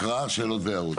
הקראה, שאלות והערות.